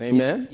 Amen